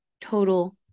total